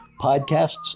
podcasts